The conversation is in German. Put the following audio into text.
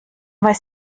weiß